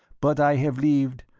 but i have lived,